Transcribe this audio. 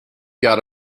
got